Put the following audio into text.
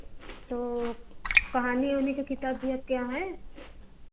तो कहानी वहानी का किताब है